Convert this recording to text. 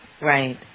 Right